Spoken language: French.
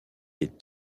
des